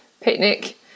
picnic